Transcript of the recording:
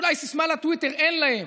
אולי סיסמה לטוויטר אין להם,